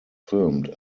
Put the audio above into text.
filmed